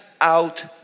out